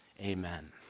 Amen